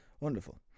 Wonderful